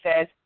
says